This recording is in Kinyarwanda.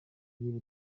niba